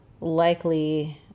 likely